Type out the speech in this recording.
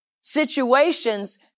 situations